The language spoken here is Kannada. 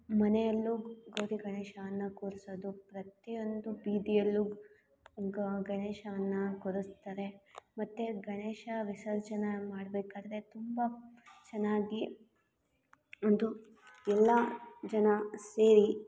ಮನೆಯಲ್ಲೂ ಗೌರಿ ಗಣೇಶನನ್ನ ಕೂರಿಸೋದು ಪ್ರತಿಯೊಂದು ಬೀದಿಯಲ್ಲೂ ಗ ಗಣೇಶನನ್ನ ಕೂರಿಸ್ತಾರೆ ಮತ್ತು ಗಣೇಶ ವಿಸರ್ಜನೆ ಮಾಡಬೇಕಾದ್ರೆ ತುಂಬ ಚೆನ್ನಾಗಿ ಒಂದು ಎಲ್ಲ ಜನ ಸೇರಿ